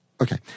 Okay